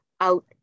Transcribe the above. out